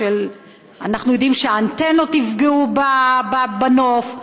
אנחנו יודעים שהאנטנות יפגעו בנוף.